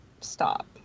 stop